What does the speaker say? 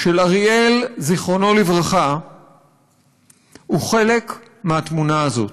של אריאל ז"ל הוא חלק מהתמונה הזו.